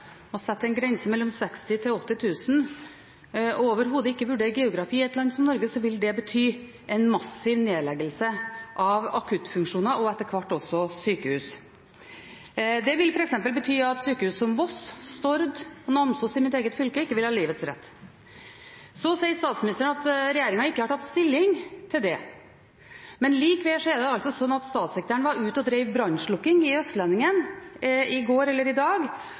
sette en grense mellom 60 000 og 80 000 og overhodet ikke vurdere geografi i et land som Norge, vil det bety en massiv nedleggelse av akuttfunksjoner og etter hvert også sykehus. Det vil f.eks. bety at sykehus som Voss og Stord – og Namsos i mitt eget fylke – ikke vil ha livets rett. Så sier statsministeren at regjeringen ikke har tatt stilling til det, men likevel er det altså slik at statssekretæren var ute og drev brannslukking i Østlendingen i går,